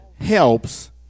helps